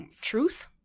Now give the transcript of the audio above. truth